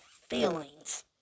feelings